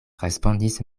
respondis